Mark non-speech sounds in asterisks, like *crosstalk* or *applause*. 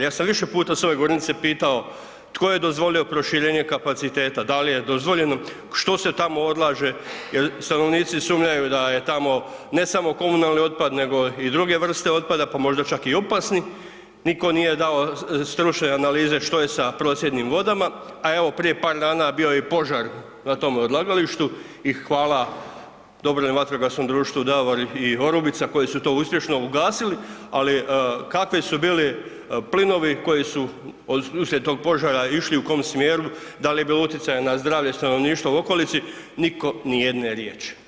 Ja sam više puta s ove govornice pitao, tko je dozvolio proširenje kapaciteta, da li je dozvoljeno što se tamo odlaže jer stanovnici sumnjaju da je tamo ne samo komunalni otpad nego i druge vrste otpada pa možda čak i opasni, niko nije dao stručne analize što je sa ... *unintelligible* vodama a evo, prije par dana bio je i požar na tom odlagalištu i hvala DVD-u Davor i Orubica koji su to uspješno ugasili ali kakve su bili plinovi koji su uslijed tog požara išli, u kom smjeru, da li je bilo utjecaja na zdravlje stanovništva u okolici, niko nijedne riječi.